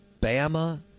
Bama